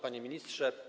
Panie Ministrze!